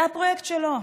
זה הפרויקט שלו,